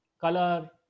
Color